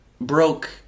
Broke